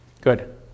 Good